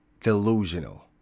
delusional